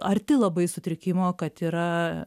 arti labai sutrikimo kad yra